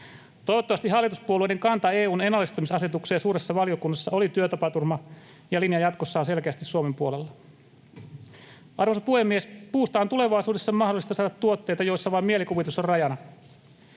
Toivottavasti hallituspuolueiden kanta EU:n ennallistamisasetukseen suuressa valiokunnassa oli työtapaturma ja linja jatkossa on selkeästi Suomen puolella. Arvoisa puhemies! Puusta on tulevaisuudessa mahdollista saada tuotteita, joissa vain mielikuvitus on rajana.